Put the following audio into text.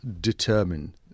determine